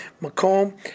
Macomb